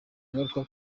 ingaruka